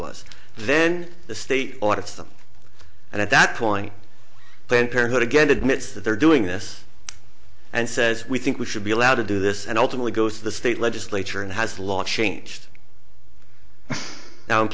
was then the state audits them and at that point planned parenthood again admits that they're doing this and says we think we should be allowed to do this and ultimately go to the state legislature and has a lot changed now